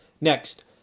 Next